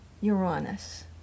Uranus